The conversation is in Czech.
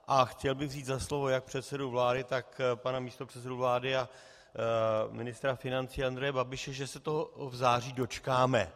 A chtěl bych vzít za slovo jak předsedu vlády, tak pana místopředsedu vlády a ministra financí Andreje Babiše, že se toho v září dočkáme.